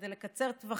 כדי לקצר טווחים